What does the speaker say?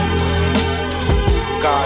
God